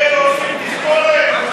הם עושים תספורת?